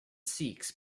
sikhs